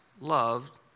loved